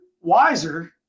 wiser